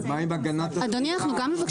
לא יכול